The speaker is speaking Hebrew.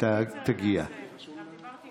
אבל כשיש הסכמה,